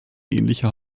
ähnliche